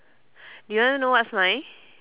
you wanna know what's mine